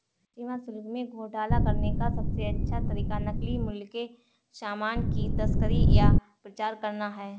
सीमा शुल्क में घोटाला करने का सबसे अच्छा तरीका नकली मूल्य के सामान की तस्करी या प्रचार करना है